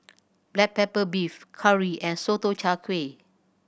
black pepper beef curry and Sotong Char Kway